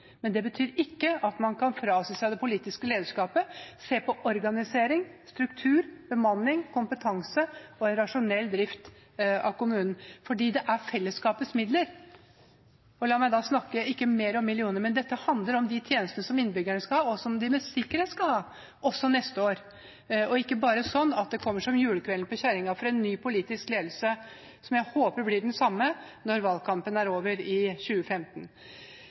men det betyr ikke at man kan frasi seg det politiske lederskapet, se på organisering, struktur, bemanning, kompetanse og en rasjonell drift av kommunen. Det er fellesskapets midler, og la meg da ikke snakke mer om millioner, for dette handler om de tjenestene som innbyggerne skal ha, og som de med sikkerhet skal ha, også neste år. Det skal ikke være sånn at det kommer som julekvelden på kjerringa for en ny politisk ledelse, som jeg håper blir den samme når valgkampen er over i 2015.